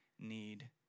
Need